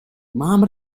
mám